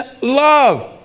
love